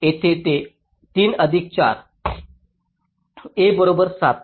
येथे ते 3 अधिक 4 A बरोबर 7